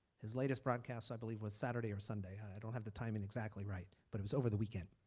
his latest broadcast i believe was saturday or sunday. i don't have the timing exactly right, but it was over the weekend.